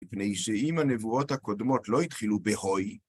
מפני שאם הנבואות הקודמות לא התחילו בהוי,